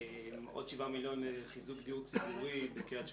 עוד 7 מיליון לחיזוק דיור ציבורי בקריית שמונה.